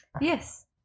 Yes